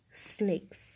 snakes